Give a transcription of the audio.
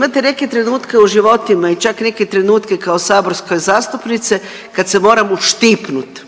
Imate neke trenutke u životima i čak neke trenutke kao saborske zastupnice kad se moram uštipnut